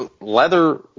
Leather